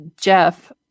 Jeff